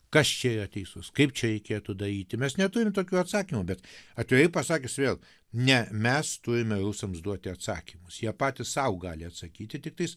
kas čia yra teisus kaip čia reikėtų daryti mes neturim tokių atsakymų bet atvirai pasakius vėl ne mes turime rusams duoti atsakymus jie patys sau gali atsakyti tiktais